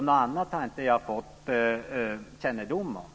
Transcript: Något annat har jag inte fått kännedom om.